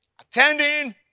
Attending